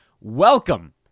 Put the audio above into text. Welcome